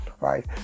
Right